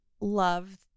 love